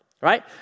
right